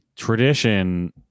Tradition